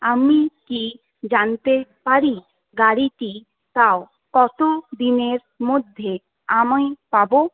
আমি কি জানতে পারি গাড়িটি তাও কত দিনের মধ্যে আমি পাবো